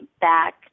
back